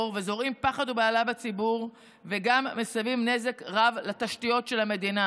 וזורעים פחד ובהלה בציבור וגם מסיבים נזק רק לתשתיות של המדינה.